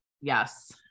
Yes